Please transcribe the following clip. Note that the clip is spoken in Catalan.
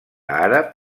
àrab